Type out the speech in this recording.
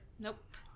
Nope